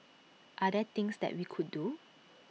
are there things that we could do